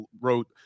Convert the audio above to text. wrote